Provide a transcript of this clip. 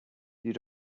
you